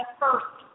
first